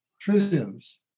trillions